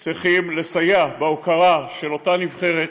צריכים לסייע בהוקרה לאותה נבחרת,